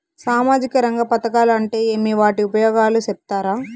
సామాజిక రంగ పథకాలు అంటే ఏమి? వాటి ఉపయోగాలు సెప్తారా?